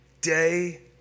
day